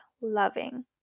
loving